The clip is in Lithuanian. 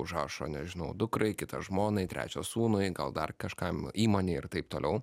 užrašo nežinau dukrai kitą žmonai trečią sūnui gal dar kažkam įmonei ir taip toliau